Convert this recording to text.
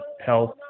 health